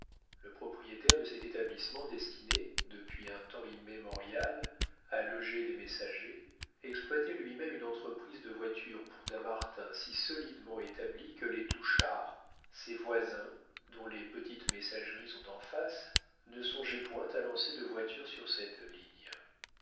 le propriétaire de cet établissement destiné depuis un temps immémorial à loger des messagers exploitait lui-même une entreprise de voitures pour dammartin si solidement établie que les touchard ses voisins dont les petites messageries sont en face ne songeaient point à lancer de voiture sur cette ligne